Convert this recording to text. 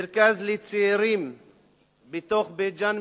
מרכז לצעירים בתוך בית-ג'ן,